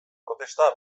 protesta